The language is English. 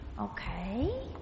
Okay